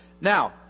Now